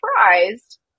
surprised